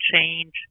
change